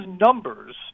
numbers